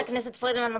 חברת הכנסת פרידמן,